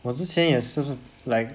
我之前也是 like